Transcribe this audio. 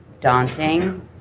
daunting